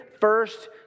first